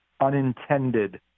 unintended